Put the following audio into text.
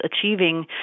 achieving